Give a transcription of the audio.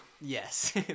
yes